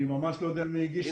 אני ממש לא יודע מי הגיש את זה.